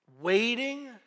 waiting